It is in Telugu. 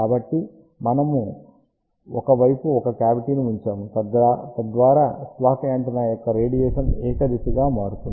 కాబట్టి మనము ఒక వైపు ఒక కావిటీ ని ఉంచాము తద్వారా స్లాట్ యాంటెన్నా యొక్క రేడియేషన్ ఏక దిశగా మారుతుంది